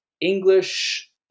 English